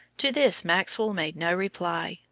to this maxwell made no reply,